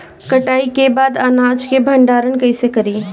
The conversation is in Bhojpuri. कटाई के बाद अनाज का भंडारण कईसे करीं?